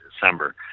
December